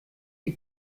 die